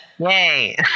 Yay